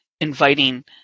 inviting